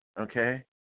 okay